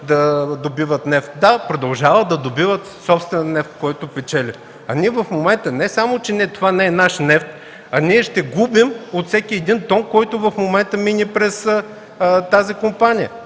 да добиват нефт. Да, продължават да добиват собствен нефт, от който печелят. А в момента това не само че не е наш нефт, а ще губим от всеки един тон, който в момента мине през тази компания.